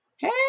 hey